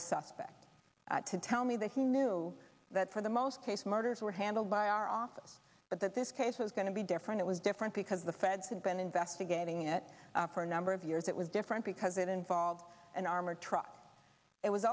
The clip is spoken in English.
the suspect to tell me that he knew that for the most case murders were handled by our office but that this case was going to be different it was different because the feds had been investigating it for a number of years it was different because it involved an armored truck it was